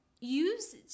use